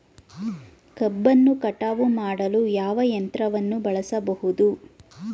ಕಬ್ಬನ್ನು ಕಟಾವು ಮಾಡಲು ಯಾವ ಯಂತ್ರವನ್ನು ಬಳಸಬಹುದು?